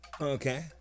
Okay